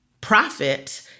profit